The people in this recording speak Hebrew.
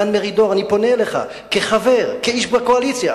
דן מרידור, אני פונה אליך כחבר, כאיש בקואליציה,